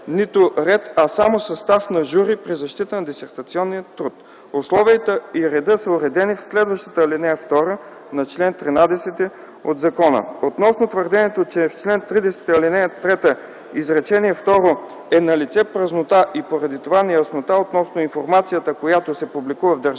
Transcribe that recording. нито ред, а само състав на жури при защита на дисертационен труд. Условията и редът са уредени в следващата ал. 2 на чл. 13 от закона. Относно твърдението, че в чл. 30, ал. 3, изречение второ, е налице празнота и поради това неяснота относно информацията, която се публикува в „Държавен